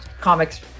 comics